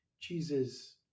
Jesus